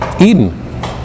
Eden